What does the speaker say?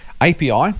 API